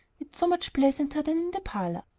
it's so much pleasanter than the parlor.